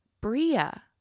bria